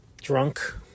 drunk